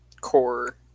core